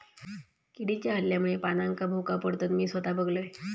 किडीच्या हल्ल्यामुळे पानांका भोका पडतत, मी स्वता बघलंय